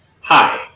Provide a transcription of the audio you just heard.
Hi